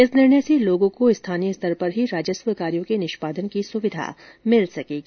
इस निर्णय से लोगों को स्थानीय स्तर पर ही राजस्व कार्यों के निष्पादन की सुविधा मिल सकेगी